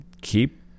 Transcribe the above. keep